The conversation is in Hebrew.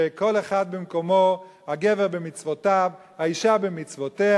שכל אחד במקומו, הגבר במצוותיו, האשה במצוותיה.